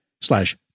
slash